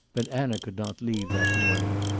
but anna could not leave that morning.